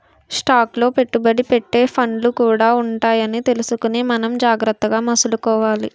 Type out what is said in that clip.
stock లో పెట్టుబడి పెట్టే ఫండ్లు కూడా ఉంటాయని తెలుసుకుని మనం జాగ్రత్తగా మసలుకోవాలి